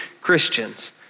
Christians